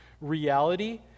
reality